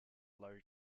low